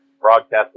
broadcasting